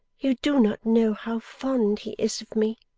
you do not know how fond he is of me